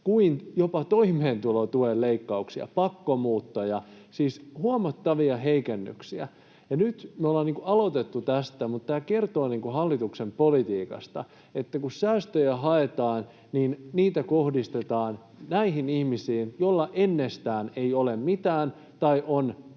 kuin jopa toimeentulotuen leikkauksia, pakkomuuttoja — siis huomattavia heikennyksiä. Nyt me ollaan aloitettu tästä, mutta tämä kertoo hallituksen politiikasta: kun säästöjä haetaan, niin niitä kohdistetaan näihin ihmisiin, joilla ennestään ei ole mitään tai on hyvin